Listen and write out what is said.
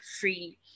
free